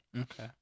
Okay